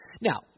Now